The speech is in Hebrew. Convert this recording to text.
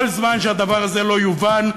כל זמן שהדבר הזה לא יובן,